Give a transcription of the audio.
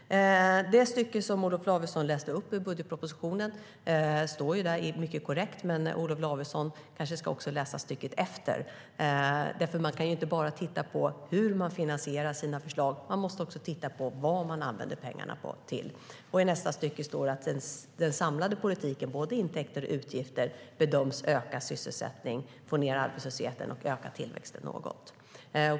Det stycke Olof Lavesson läste upp i budgetpropositionen står där - det är korrekt - men Olof Lavesson kanske också ska läsa stycket efter. Man kan nämligen inte bara titta på hur regeringen finansierar sina förslag, utan man måste även titta på vad pengarna används till. I nästa stycke står det att den samlade politiken, det vill säga både intäkter och utgifter, bedöms öka sysselsättningen, få ned arbetslösheten och öka tillväxten något.